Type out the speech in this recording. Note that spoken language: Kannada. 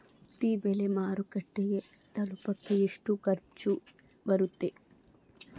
ಹತ್ತಿ ಬೆಳೆ ಮಾರುಕಟ್ಟೆಗೆ ತಲುಪಕೆ ಎಷ್ಟು ಖರ್ಚು ಬರುತ್ತೆ?